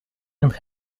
and